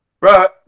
Right